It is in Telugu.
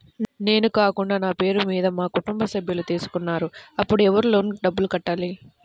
నేను కాకుండా నా పేరు మీద మా కుటుంబ సభ్యులు తీసుకున్నారు అప్పుడు ఎవరు లోన్ డబ్బులు కట్టాలి?